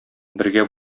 бергә